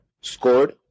scored